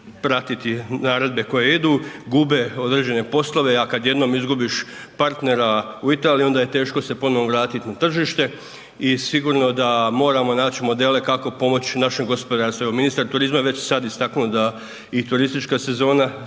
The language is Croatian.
pratiti naredbe koje idu, gube određene poslove, a kad jednom izgubiš partnera u Italiji onda je teško se ponovno vratiti na tržište i sigurno da moramo naći modele kako pomoć našem gospodarstvu. Evo ministar turizma je sad već istaknuo da i turistička sezona trpi